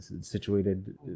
situated